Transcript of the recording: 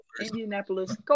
Indianapolis